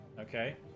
Okay